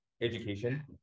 education